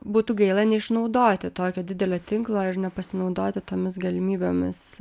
būtų gaila neišnaudoti tokio didelio tinklo ir nepasinaudoti tomis galimybėmis